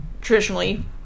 traditionally